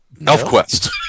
ElfQuest